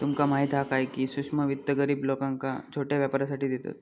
तुमका माहीत हा काय, की सूक्ष्म वित्त गरीब लोकांका छोट्या व्यापारासाठी देतत